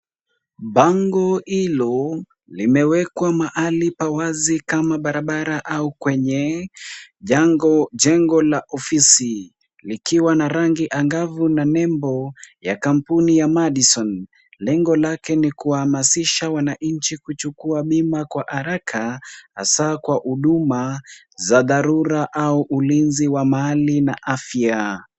Bango hilo limewekwa mahali pa wazi kama barabara au kwenye jengo la ofisi likiwa na rangi angavu na nembo ya kampuni ya Madison. Lengo lake ni kuhamasisha wananchi kuchukua bima kwa haraka hasa kwa huduma za dharura au ulinzi wa mali na afya.